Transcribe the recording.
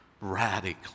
radically